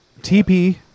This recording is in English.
TP